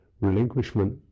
relinquishment